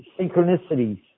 synchronicities